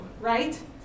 right